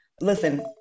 Listen